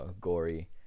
Gory